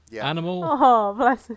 Animal